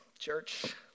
church